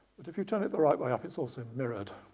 but if you turn it the right way up it's also mirrored.